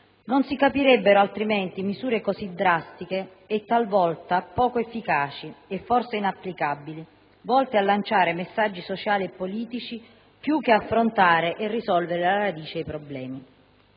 non si capirebbero, altrimenti, misure così drastiche, talvolta poco efficaci e, forse, inapplicabili, volte a lanciare messaggi sociali e politici, più che ad affrontare e risolvere alla radice i problemi.